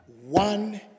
one